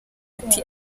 ati